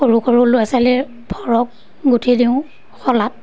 সৰু সৰু ল'ৰা ছোৱালীৰ ফ্ৰক গুঠি দিওঁ শলাত